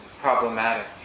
problematic